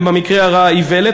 ובמקרה הרע איוולת.